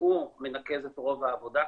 שהוא מנקז את רוב העבודה,